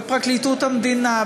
בפרקליטות המדינה,